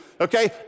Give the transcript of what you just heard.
Okay